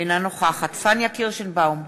אינה נוכחת פניה קירשנבאום,